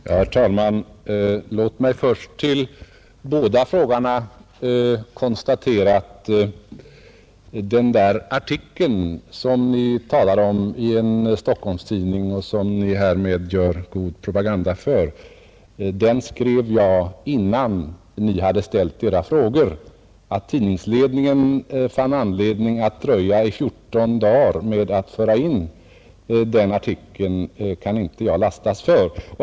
Herr talman! Låt mig först till de båda frågeställarna få säga, att den omtalade artikeln i en Stockholmstidning, som ni härmed gör god propaganda för, skrev jag innan ni ställde era frågor. Att tidningsledningen fann anledning att dröja i fjorton dagar med att föra in den artikeln, kan inte jag lastas för.